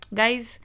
guys